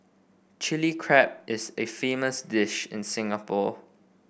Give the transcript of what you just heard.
Chilli Crab is a famous dish in Singapore